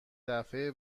دفعه